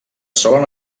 solen